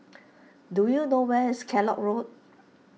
do you know where is Kellock Road